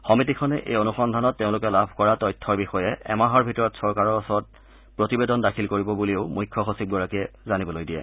সমিতিখনে এই অনুসন্ধানত তেওঁলোকে লাভ কৰা তথ্যৰ বিষয়ে এমাহৰ ভিতৰত চৰকাৰৰ ওচৰত প্ৰতিবেদন দাখিল কৰিব বুলিও মুখ্য সচিবগৰাকীয়ে জানিবলৈ দিয়ে